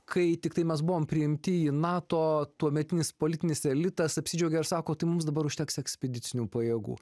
kai tiktai mes buvom priimti į nato tuometinis politinis elitas apsidžiaugė ir sako tai mums dabar užteks ekspedicinių pajėgų